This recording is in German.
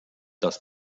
dass